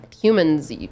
Humans